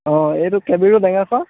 অঁ এইটো K B road Tengakhowa